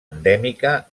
endèmica